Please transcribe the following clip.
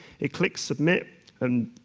it clicks submit, and